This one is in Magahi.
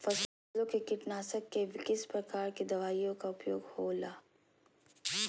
फसलों के कीटनाशक के किस प्रकार के दवाइयों का उपयोग हो ला?